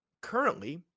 currently